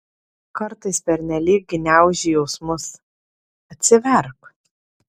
kartais pernelyg gniauži jausmus atsiverk